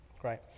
Great